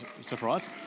surprise